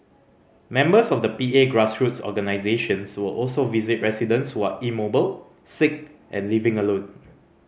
members of the P A grassroots organisations will also visit residents who are immobile sick and living alone